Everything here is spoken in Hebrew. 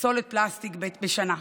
פסולת פלסטיק בשנה,